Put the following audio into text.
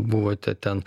buvote ten